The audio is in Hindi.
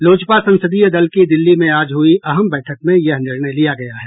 लोजपा संसदीय दल की दिल्ली में आज हुई अहम बैठक में यह निर्णय लिया गया है